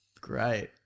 Great